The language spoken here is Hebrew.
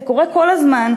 זה קורה כל הזמן,